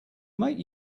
make